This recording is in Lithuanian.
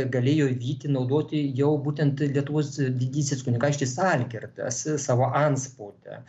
galėjo vytį naudoti jau būtent lietuvos didysis kunigaikštis algirdas savo antspaude